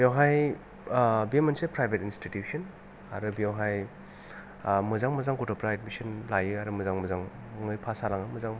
बेयावहाय बे मोनसे प्राइभेट इनस्टिटिउसन आरो बेवहाय मोजां मोजां गथ'फोरा एदमिसन लायो आरो मोजां मोजाङै फास जालाङो मोजां